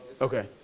Okay